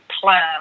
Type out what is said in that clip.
plan